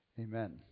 amen